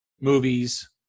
movies